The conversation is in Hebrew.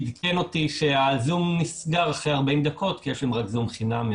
הוא עדכן אותי שה-זום נסגר אחרי 40 דקות כי יש להם זום חינם.